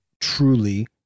truly